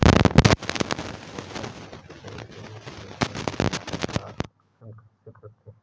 नेहा ने पूछा कि किसी परियोजना के लिए पूंजी की लागत का आंकलन कैसे करते हैं?